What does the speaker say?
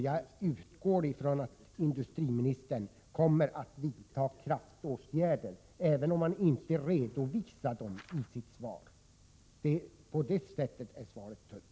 Jag utgår ifrån att industriministern kommer att vidta kraftåtgärder, även om han inte redovisar dem i sitt svar — på det sättet är svaret tunt.